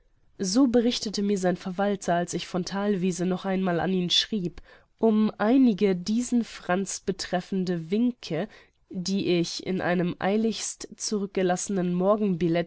so berichtete mir sein verwalter als ich von thalwiese noch einmal an ihn schrieb um einige diesen franz betreffende winke die ich in einem eiligst zurückgelassenen